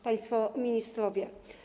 Państwo Ministrowie!